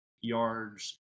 yards